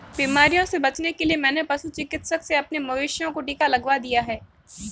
बीमारियों से बचने के लिए मैंने पशु चिकित्सक से अपने मवेशियों को टिका लगवा दिया है